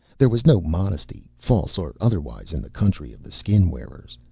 there was no modesty, false or otherwise in the country of the skin-wearers.